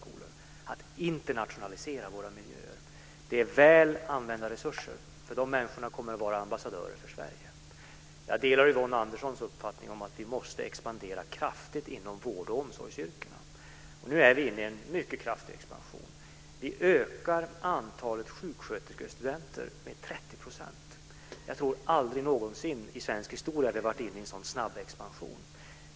Riksdagen har också ställt sig bakom propositionen. Detta är väl använda resurser eftersom dessa människor kommer att vara ambassadörer för Jag delar Yvonne Anderssons uppfattning att vi inom vård och omsorgsyrkena måste expandera kraftigt. Nu är vi inne i en mycket kraftig expansion. Vi ökar antalet sjuksköterskestudenter med 30 %. Jag tror inte att vi någonsin tidigare i svensk historia har varit inne i en så snabb expansion.